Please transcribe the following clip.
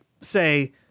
say